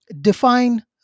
define